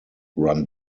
run